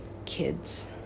kids